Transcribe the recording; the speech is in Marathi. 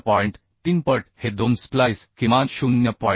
3 पट हे 2 स्प्लाइस किमान 0